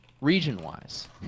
region-wise